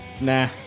Nah